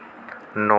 न'